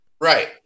Right